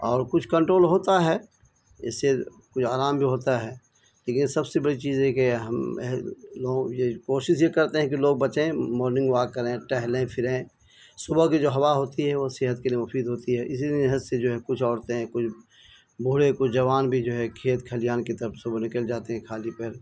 اور کچھ کنٹرول ہوتا ہے اس سے کچھ آرام بھی ہوتا ہے لیکن سب سے بڑی چیز یہ کہ ہم لوگ یہ کوشش یہ کرتے ہیں کہ لوگ بچیں مارننگ واک کریں ٹہلیں پھریں صبح کی جو ہوا ہوتی ہے وہ صحت کے لیے مفید ہوتی ہے اس لیے نیت سے جو ہے کچھ عورتیں کچھ بوڑھے کچھ جوان بھی جو ہے کھیت کھلیان کی طرف صبح نکل جاتے ہیں خالی پیٹ